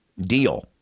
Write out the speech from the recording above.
deal